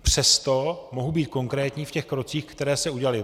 Přesto mohu být konkrétní v těch krocích, které se udělaly.